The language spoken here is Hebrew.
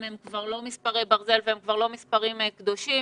הם כבר לא מספרי ברזל והם כבר לא מספרים קדושים.